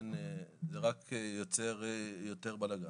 לכן זה רק ייצר יותר בלגן.